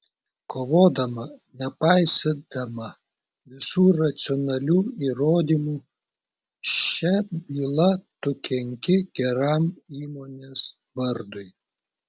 kovodama nepaisydama visų racionalių įrodymų šia byla tu kenki geram įmonės vardui